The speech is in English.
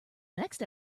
next